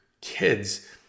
kids